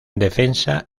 defensa